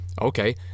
okay